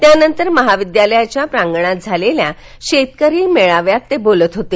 त्यानंतर महाविद्यालयाच्या प्रांगणात झालेल्या शेतकरी मेळाव्यात ते बोलत होते